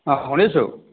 অঁ শুনিছোঁ